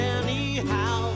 anyhow